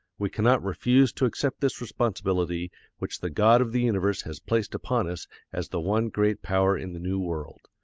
we cannot refuse to accept this responsibility which the god of the universe has placed upon us as the one great power in the new world.